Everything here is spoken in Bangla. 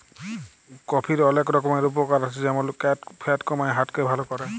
কফির অলেক রকমের উপকার আছে যেমল ফ্যাট কমায়, হার্ট কে ভাল ক্যরে